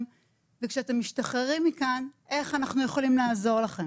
אנחנו לא יודעים איך לשמור.